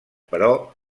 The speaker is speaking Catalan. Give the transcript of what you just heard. però